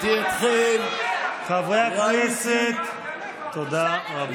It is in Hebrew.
חברי הכנסת, תודה רבה.